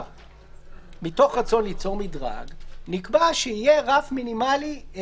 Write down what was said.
מתוך רצון ליצור מדרג נקבע שיהיה רף מינימלי.